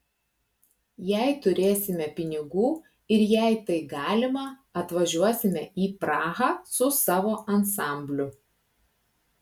jei turėsime pinigų ir jei tai galima atvažiuosime į prahą su savo ansambliu